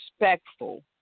respectful